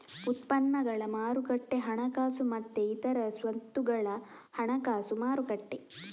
ಉತ್ಪನ್ನಗಳ ಮಾರುಕಟ್ಟೆ ಹಣಕಾಸು ಮತ್ತೆ ಇತರ ಸ್ವತ್ತುಗಳ ಹಣಕಾಸು ಮಾರುಕಟ್ಟೆ